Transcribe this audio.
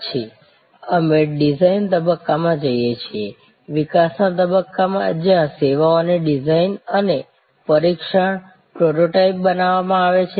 પછી અમે ડિઝાઇન તબક્કામાં જઈએ છીએ વિકાસના તબક્કામાં જ્યાં સેવાઓની ડિઝાઇન અને પરીક્ષણ પ્રોટોટાઇપ બનાવવામાં આવે છે